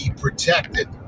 protected